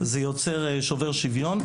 זה יוצר שובר שוויון.